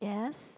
yes